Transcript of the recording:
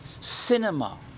cinema